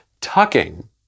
Tucking